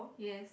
yes